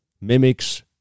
mimics